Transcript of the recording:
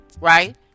right